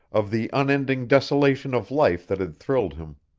of the unending desolation of life that had thrilled him.